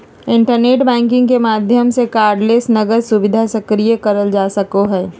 internet banking के माध्यम से कार्डलेस नकद सुविधा सक्रिय करल जा सको हय